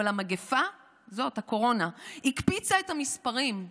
אבל המגפה, זאת, הקורונה, הקפיצה את המספרים.